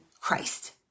Christ